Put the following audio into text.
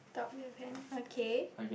top left hand okay